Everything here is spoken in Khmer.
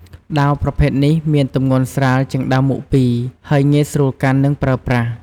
ដាវប្រភេទនេះមានទម្ងន់ស្រាលជាងដាវមុខពីរ ហើយងាយស្រួលកាន់ និងប្រើប្រាស់។